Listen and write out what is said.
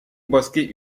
bosquets